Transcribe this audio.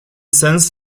sens